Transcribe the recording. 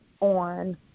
on